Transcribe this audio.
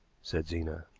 said zena.